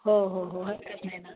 हो हो हो हरकत नाही ना